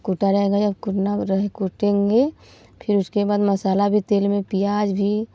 कुटा रह गया कुटना रहे कूटेंगे फिर उसके बाद मसाला भी तेल में प्याज़ भी